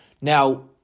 Now